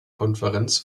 konferenz